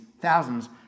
thousands